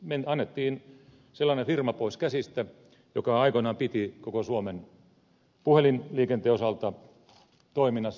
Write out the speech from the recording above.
siis annettiin sellainen firma pois käsistä joka aikoinaan piti koko suomen puhelinliikenteen osalta toiminnassa